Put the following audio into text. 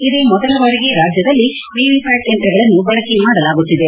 ಇದೇ ಮೊದಲ ಬಾರಿಗೆ ರಾಜ್ಯದಲ್ಲಿ ವಿವಿಪ್ಚಾಟ್ ಯಂತ್ರಗಳನ್ನು ಬಳಕೆ ಮಾಡಲಾಗುತ್ತಿದೆ